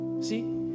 See